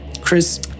Chris